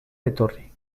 etorri